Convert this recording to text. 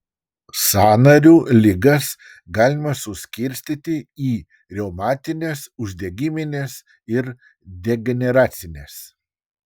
sąnarių ligas galima suskirstyti į reumatines uždegimines ir degeneracines